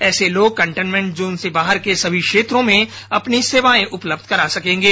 ऐसे लोग containment zone से बाहर के सभी क्षेत्रों में अपनी सेवाएं उपलब्ध करा सकेंगे